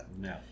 No